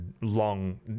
long